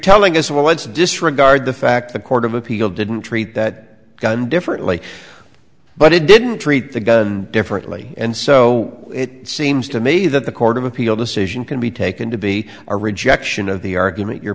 telling us well let's disregard the fact the court of appeal didn't treat that gun differently but it didn't treat the gun differently and so it seems to me that the court of appeal decision can be taken to be a rejection of the argument you